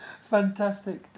Fantastic